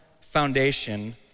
foundation